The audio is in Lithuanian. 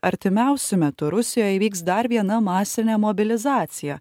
artimiausiu metu rusijoje įvyks dar viena masinė mobilizacija